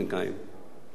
כשהם באים לפה,